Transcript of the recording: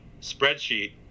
spreadsheet